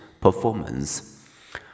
performance